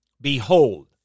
Behold